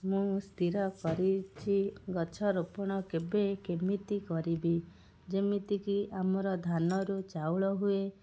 ମୁଁ ସ୍ଥିର କରିଛି ଗଛ ରୋପଣ କେବେ କେମିତି କରିବି ଯେମିତିକି ଆମର ଧାନରୁ ଚାଉଳ ହୁଏ